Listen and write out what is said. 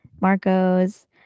Marco's